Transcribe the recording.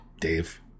Dave